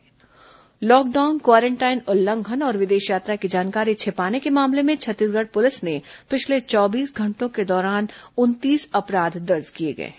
corona lockdown उल्लंघन lockdown quarantine उल्लंघन और विदेश यात्रा की जानकारी छिपाने के मामले में छत्तीसगढ़ पुलिस ने पिछले चौबीस घंटों के दौरान उनतीस अपराध दर्ज किए हैं